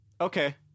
Okay